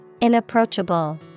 Inapproachable